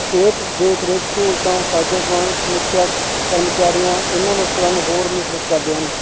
ਸਿਹਤ ਦੇਖ ਰੇਖ ਸਹੂਲਤਾਂ ਸਾਜੋ ਸਮਾਨ ਸਮੀਖਿਅਕ ਕਰਮਚਾਰੀਆਂ ਇਹਨਾਂ ਮੁਸ਼ਕਲਾਂ ਨੂੰ ਹੋਰ ਮਿਸ਼ਰਤ ਕਰਦੇ ਹਨ